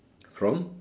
from